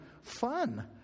fun